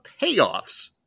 payoffs